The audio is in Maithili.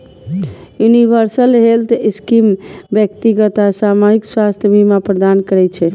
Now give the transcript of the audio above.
यूनिवर्सल हेल्थ स्कीम व्यक्तिगत आ सामूहिक स्वास्थ्य बीमा प्रदान करै छै